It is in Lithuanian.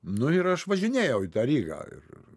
nu ir aš važinėjau į tą rygą ir